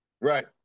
right